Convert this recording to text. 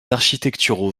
architecturaux